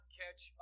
catch